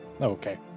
Okay